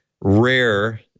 rare